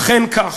אכן כך.